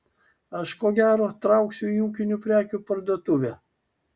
aš ko gero trauksiu į ūkinių prekių parduotuvę